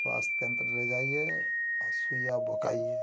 स्वास्थ्य केन्द्र ले जाइए और सुइया भोंकाइए